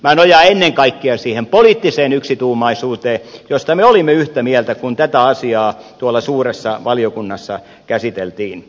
minä nojaan ennen kaikkea siihen poliittiseen yksituumaisuuteen josta me olimme yhtä mieltä kun tätä asiaa tuolla suuressa valiokunnassa käsiteltiin